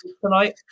tonight